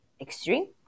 extreme